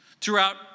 throughout